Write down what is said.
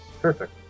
Perfect